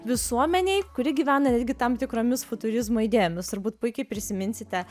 visuomenei kuri gyvena netgi tam tikromis futurizmo idėjomis turbūt puikiai prisiminsite